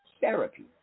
therapy